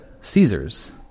Caesar's